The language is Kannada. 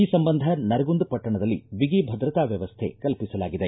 ಈ ಸಂಬಂಧ ನರಗುಂದ ಪಟ್ಟಣದಲ್ಲಿ ಬಿಗಿ ಭದ್ರತಾ ಮ್ಯವಸ್ಥೆ ಕಲ್ಪಿಸಲಾಗಿದೆ